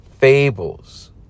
fables